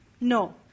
No